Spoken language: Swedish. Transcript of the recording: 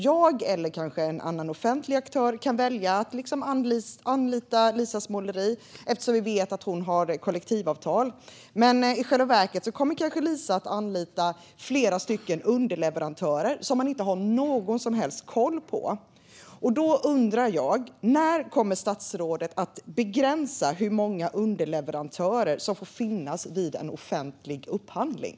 Jag eller kanske en annan offentlig aktör kan välja att anlita Lisas måleri, eftersom vi vet att hon har kollektivavtal. Men i själva verket kommer kanske Lisa att anlita flera underleverantörer som man inte har någon som helst koll på. Då undrar jag: När kommer statsrådet att begränsa hur många underleverantörer som får finnas vid en offentlig upphandling?